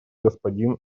господин